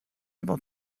able